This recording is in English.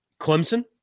Clemson